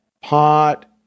pot